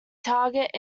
target